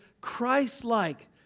Christ-like